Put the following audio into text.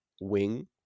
wing